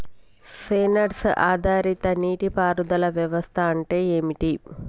Censor ఆధారిత నీటి పారుదల వ్యవస్థ అంటే ఏమిటి?